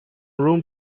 room